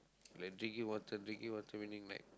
like drinking water drinking water meaning like